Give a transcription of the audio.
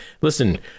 listen